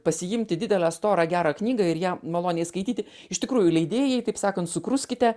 pasiimti didelę storą gerą knygą ir ją maloniai skaityti iš tikrųjų leidėjai taip sakant sukruskite